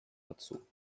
dazu